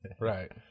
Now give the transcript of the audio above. Right